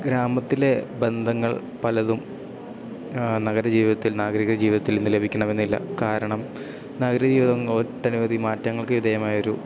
ഗ്രാമത്തിലെ ബന്ധങ്ങൾ പലതും നഗര ജീവിതത്തിൽ നാഗരിക ജീവിതത്തിൽ നിന്ന് ലഭിക്കണമെന്നില്ല കാരണം നഗര ജീവിതം ഒട്ടനവധി മാറ്റങ്ങൾക്ക് വിധേയമായൊരു